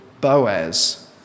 Boaz